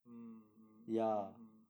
mm mm mm mm mm